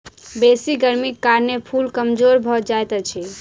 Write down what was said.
बेसी गर्मीक कारणें फूल कमजोर भअ जाइत अछि